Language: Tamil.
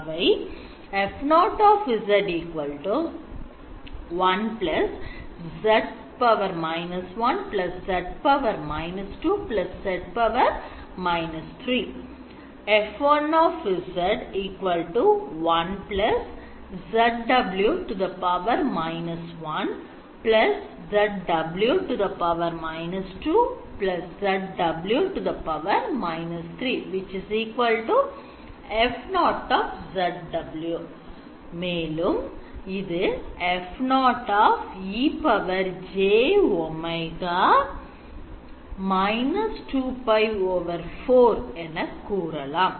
அவை F0 1z −1 z −2 z −3 F1 1 −1 −2 −3F0 மேலும் இது F0 e j ω− 2 π 4 என கூறலாம்